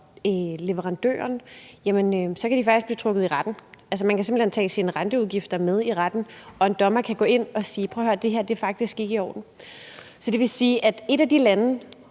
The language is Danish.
leverandøren, kan de faktisk blive trukket i retten. Altså, man kan simpelt hen tage sine renteudgifter med i retten, hvor en dommer kan gå ind at sige: Prøv at høre, det her er faktisk ikke i orden. Så det vil sige, at et af de lande,